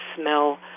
smell